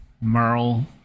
Merle